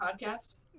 podcast